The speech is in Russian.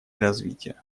развития